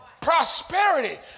prosperity